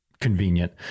convenient